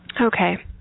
Okay